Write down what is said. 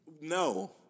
No